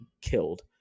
killed